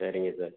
சரிங்க சார்